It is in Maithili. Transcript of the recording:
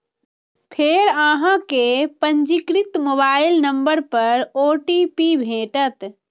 फेर अहां कें पंजीकृत मोबाइल नंबर पर ओ.टी.पी भेटत